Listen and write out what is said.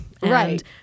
Right